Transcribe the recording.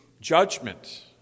judgment